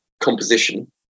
composition